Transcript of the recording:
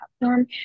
platform